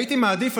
הייתי מעדיף,